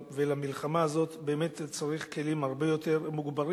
ולמלחמה הזאת צריך כלים הרבה יותר מוגברים.